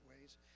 ways